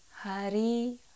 Hari